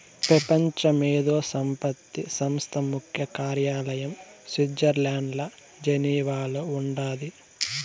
పెపంచ మేధో సంపత్తి సంస్థ ముఖ్య కార్యాలయం స్విట్జర్లండ్ల జెనీవాల ఉండాది